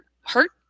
hurt